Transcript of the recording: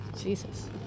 Jesus